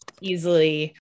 easily